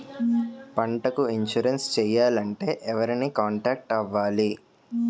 పంటకు ఇన్సురెన్స్ చేయాలంటే ఎవరిని కాంటాక్ట్ అవ్వాలి?